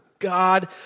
God